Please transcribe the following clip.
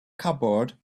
cupboard